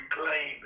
reclaim